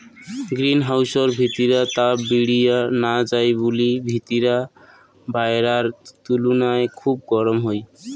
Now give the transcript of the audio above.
green হাউসর ভিতিরা তাপ বিরিয়া না যাই বুলি ভিতিরা বায়রার তুলুনায় খুব গরম হই